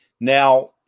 Now